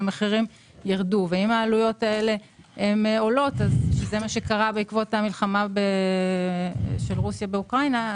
שזה מה שקרה בעקבות המלחמה בין רוסיה לאוקראינה,